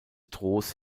trost